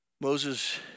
Moses